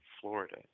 florida